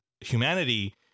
humanity